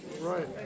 Right